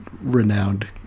renowned